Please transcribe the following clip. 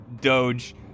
doge